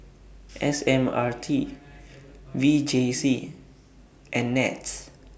S M R T V J C and Nets